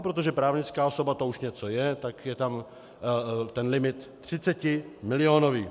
A protože právnická osoba, to už něco je, tak je tam ten limit 30milionový.